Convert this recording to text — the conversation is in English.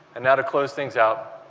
and now to close things out,